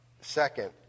second